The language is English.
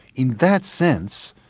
in that sense,